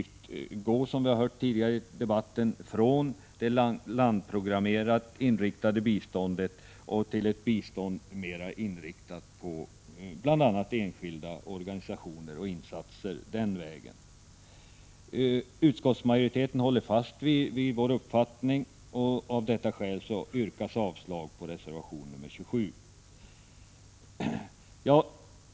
Man vill, som vi har hört tidigare i debatten här, successivt gå från det landprogrammerat inriktade biståndet till ett bistånd mera inriktat på bl.a. enskilda organisationer och insatser den vägen. Utskottsmajoriteten håller fast vid sin uppfattning och yrkar avslag på reservation nr 28.